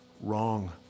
wrong